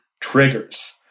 triggers